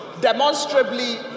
Demonstrably